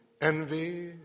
envy